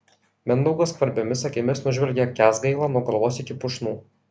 mindaugas skvarbiomis akimis nužvelgia kęsgailą nuo galvos iki pušnų